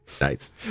Nice